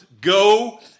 go